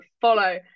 follow